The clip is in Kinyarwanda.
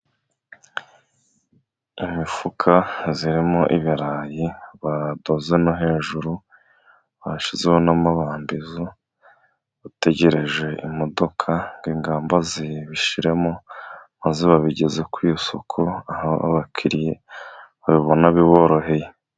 Imifuka irimo ibirayi badoze no hejuru bashyizeho n'amabambizo, utegereje imodoka ngo ingamba zibishyiremo, maze babigeze ku isoko aho abakiriya babibona biboroheye.